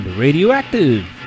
Radioactive